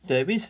that means